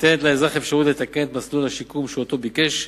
ניתנת לאזרח האפשרות לתקן את מסלול השיקום שביקש,